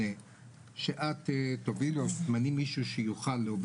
מימשנו תקציב יחסית יפה, 14 מיליון.